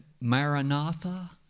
Maranatha